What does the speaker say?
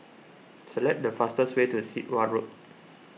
select the fastest way to Sit Wah Road